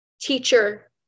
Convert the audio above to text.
teacher